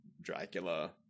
Dracula